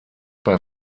bei